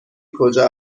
کجا